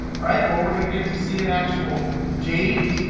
all right, well, we're going to get to see an actual date,